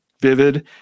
vivid